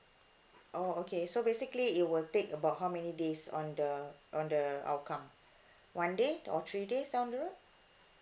oh okay so basically it will take about how many days on the on the outcome one day or three days down the road